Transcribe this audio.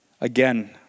Again